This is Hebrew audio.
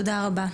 תודה רבה.